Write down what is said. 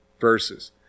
verses